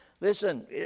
Listen